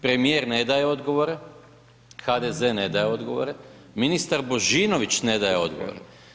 Premijer ne daje odgovore, HDZ ne daje odgovore, ministar Božinović ne daje odgovore.